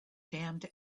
damned